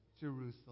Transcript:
Jerusalem